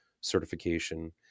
certification